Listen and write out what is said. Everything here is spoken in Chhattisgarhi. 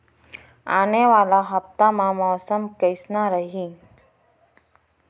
आने वाला हफ्ता मा मौसम कइसना रही?